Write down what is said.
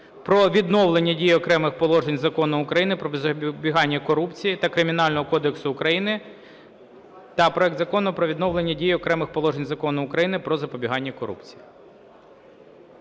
про відновлення дії окремих положень Закону України "Про запобігання корупції" та Кримінального кодексу України та проект Закону про відновлення дії окремих положень Закону України "Про запобігання корупції".